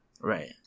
Right